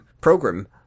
Program